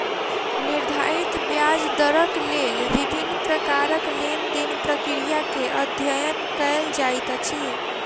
निर्धारित ब्याज दरक लेल विभिन्न प्रकारक लेन देन प्रक्रिया के अध्ययन कएल जाइत अछि